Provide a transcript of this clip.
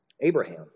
Abraham